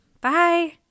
Bye